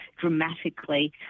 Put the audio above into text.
dramatically